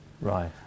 Right